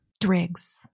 Driggs